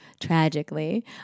tragically